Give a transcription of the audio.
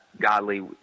godly